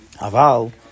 Aval